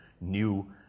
new